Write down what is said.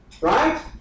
Right